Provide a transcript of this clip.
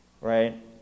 right